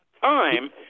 time